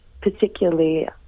particularly